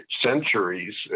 centuries